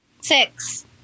Six